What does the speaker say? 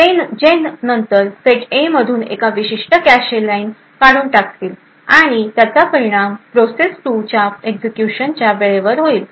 जे नंतर set A मधून एक विशिष्ट कॅशे लाईन काढून टाकतील आणि त्याचा परिणाम प्रोसेस 2 च्या एक्झिक्युशन वेळेवर होईल